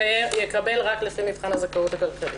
יקבל רק לפי מבחן הזכאות הכלכלית.